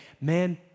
man